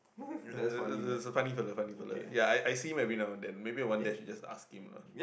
ya it was a funny fellow funny fellow ya I I see him every now and then maybe one day I should just ask him ah